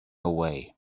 away